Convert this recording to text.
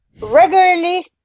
Regularly